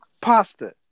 Pasta